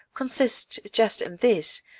consists just in this,